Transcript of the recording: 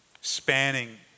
spanning